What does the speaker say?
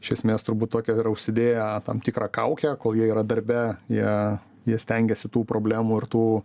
iš esmės turbūt tokią yra užsidėję tam tikrą kaukę kol jie yra darbe jie jie stengiasi tų problemų ir tų